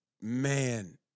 man